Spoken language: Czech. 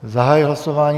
Zahajuji hlasování.